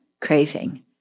craving